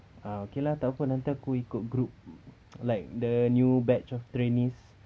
ah okay lah takpe nanti aku ikut group like the new batch of trainees